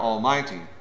Almighty